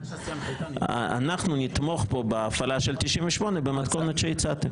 אנחנו נתמוך בהפעלת 98 במתכונת שהצעתם.